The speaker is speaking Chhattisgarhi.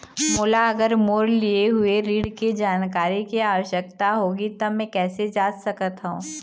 मोला अगर मोर लिए हुए ऋण के जानकारी के आवश्यकता होगी त मैं कैसे जांच सकत हव?